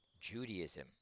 Judaism